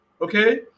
okay